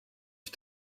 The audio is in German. ich